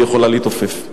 והיא יכולה להתעופף.